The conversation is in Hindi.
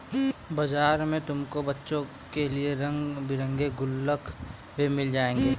बाजार में तुमको बच्चों के लिए रंग बिरंगे गुल्लक भी मिल जाएंगे